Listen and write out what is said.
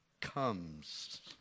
comes